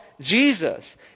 Jesus